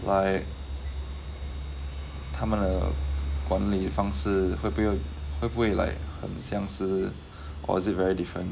like 他们的管理方式会不会会不会 like 很相似 or is it very different